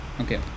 Okay